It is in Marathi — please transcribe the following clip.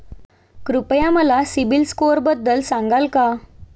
कृपया मला सीबील स्कोअरबद्दल सांगाल का?